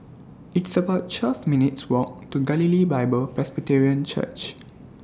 It's about twelve minutes' Walk to Galilee Bible Presbyterian Church